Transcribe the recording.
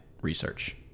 research